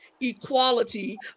equality